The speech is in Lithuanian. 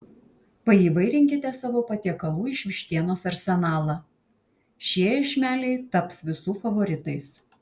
paįvairinkite savo patiekalų iš vištienos arsenalą šie iešmeliai taps visų favoritais